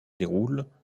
déroule